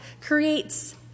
creates